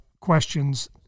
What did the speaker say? questions